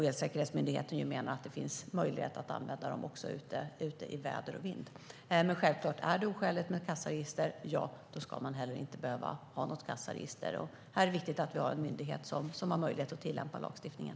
Elsäkerhetsmyndigheten menar att det nu finns möjlighet att använda dem också ute i väder och vind. Är det oskäligt med kassaregister ska man självklart inte heller behöva ha något kassaregister. Här är det viktigt att vi har en myndighet som har möjlighet att tillämpa lagstiftningen.